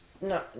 no